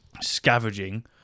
scavenging